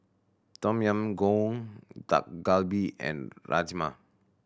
Tom Yam Goong Dak Galbi and Rajma